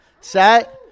Set